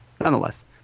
Nonetheless